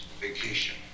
vacation